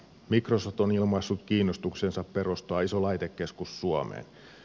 microsoft on ilmaissut kiinnostuksensa perustaa iso laitekeskus suomeen